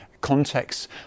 contexts